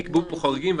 נקבעו פה חריגים,